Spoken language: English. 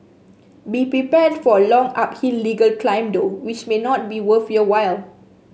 be prepared for a long uphill legal climb though which may not be worth your while